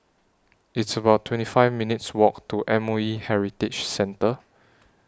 It's about twenty five minutes' Walk to M O E Heritage Centre